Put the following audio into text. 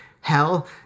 hell